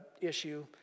issue